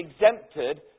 exempted